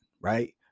right